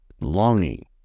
longing